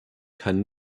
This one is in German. kann